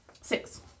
Six